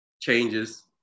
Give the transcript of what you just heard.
changes